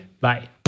Bye